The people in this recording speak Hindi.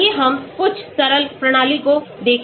आइए हम कुछ सरल प्रणाली को देखें